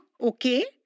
okay